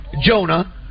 Jonah